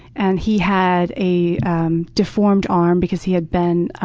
and he had a deformed arm, because he had been